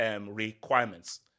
requirements